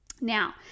Now